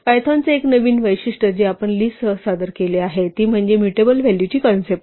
पायथॉनचे एक नवीन वैशिष्ट्य जे आपण लिस्टसह सादर केले आहे ती म्हणजे म्यूटेबल व्हॅलूची कन्सेप्ट आहे